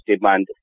demand